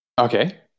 Okay